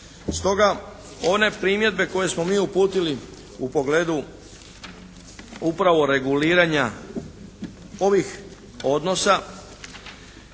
Stoga, one primjedbe koje smo mi uputili u pogledu upravo reguliranja ovih odnosa